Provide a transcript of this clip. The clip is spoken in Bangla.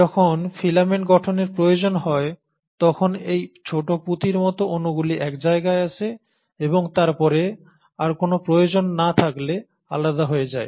যখন ফিলামেন্ট গঠনের প্রয়োজন হয় তখন এই ছোট পুতির মতো অণুগুলি এক জায়গায় আসে এবং তারপরে আর কোন প্রয়োজন না থাকলে আলাদা হয়ে যায়